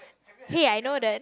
hey I know that